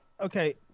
okay